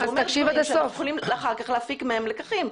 זה אומר שאנחנו יכולים אחר כך להפיק לקחים.